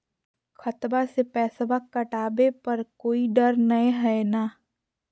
खतबा से पैसबा कटाबे पर कोइ डर नय हय ना?